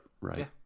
Right